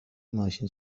ماشین